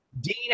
Dean